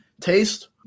Taste